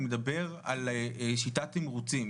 אני מדבר על שיטת תימרוצים.